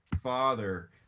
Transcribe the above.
father